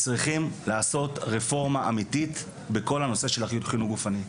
צריכים לעשות רפורמה אמיתית בכל הנושא של החינוך הגופני.